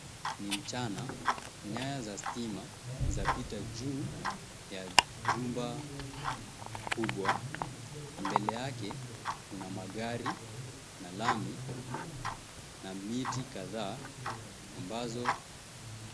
Ni mchana nyayo za stima zapita juu ya jumba kubwa mbele yake kuna magari na lami na miti kadhaa ambazo...